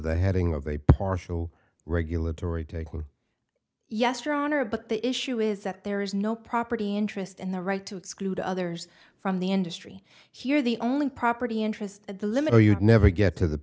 the heading of a partial regulatory take which yester honor but the issue is that there is no property interest and the right to exclude others from the industry here the only property interest at the limit or you'd never get to the